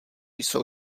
jsou